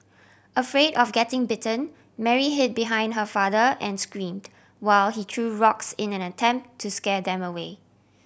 afraid of getting bitten Mary hid behind her father and screamed while he threw rocks in an attempt to scare them away